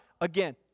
again